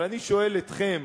אבל אני שואל אתכם,